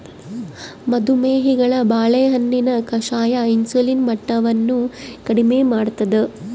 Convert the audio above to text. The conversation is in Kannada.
ಮದು ಮೇಹಿಗಳು ಬಾಳೆಹಣ್ಣಿನ ಕಷಾಯ ಇನ್ಸುಲಿನ್ ಮಟ್ಟವನ್ನು ಕಡಿಮೆ ಮಾಡ್ತಾದ